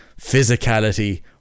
physicality